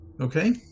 okay